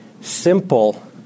simple